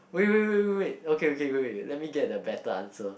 wait wait wait wait wait okay okay wait let me get a better answer